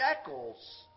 shekels